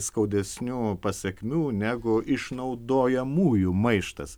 skaudesnių pasekmių negu išnaudojamųjų maištas